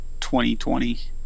2020